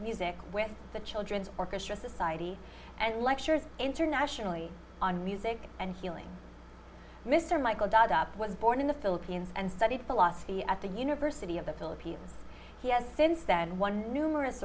music with the children's orchestra society and lectures internationally on music and healing mr michael dodd up was born in the philippines and studied philosophy at the university of the philippines he has since then one numerous